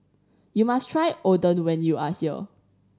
you must try Oden when you are here